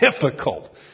difficult